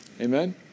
amen